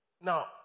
Now